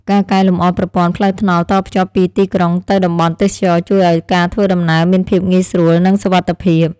ការកែលម្អប្រព័ន្ធផ្លូវថ្នល់តភ្ជាប់ពីទីក្រុងទៅតំបន់ទេសចរណ៍ ជួយឱ្យការធ្វើដំណើរមានភាពងាយស្រួលនិងសុវត្ថិភាព។